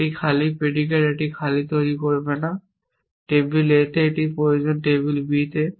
একটি খালি প্রিডিকেট একটি খালি তৈরি করবে না টেবিল A তে এটির প্রয়োজন টেবিল B তে